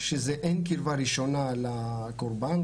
אין קרבה ראשונה לקורבן,